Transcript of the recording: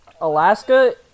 Alaska